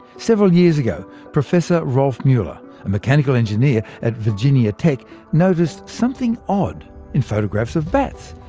several years ago, professor rolf mueller, a mechanical engineer at virgina tech noticed something odd in photographs of bats.